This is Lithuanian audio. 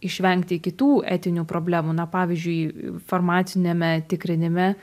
išvengti kitų etinių problemų na pavyzdžiui farmaciniame tikrinime